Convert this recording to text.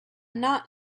not